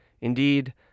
indeed